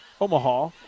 Omaha